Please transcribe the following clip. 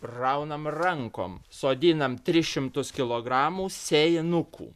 raunam rankom sodinam tris šimtus kilogramų sėjinukų